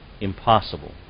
impossible